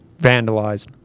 Vandalized